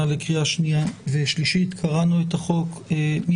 גם פה צריך להיות 1(4) להצעת החוק יבוא: "הוראות סעיף זה יעמדו